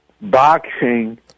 boxing